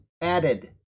added